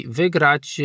wygrać